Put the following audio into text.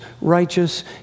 righteous